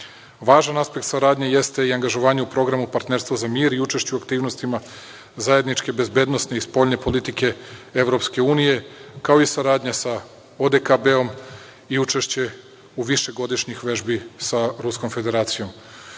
Važan aspekt saradnje jeste i angažovanje u Programu Partnerstvo za mir i učešće u aktivnostima zajedničke bezbednosne i spoljne politike EU, kao i saradnja sa ODKB i učešće višegodišnjih vežbi sa Ruskom Federacijom.U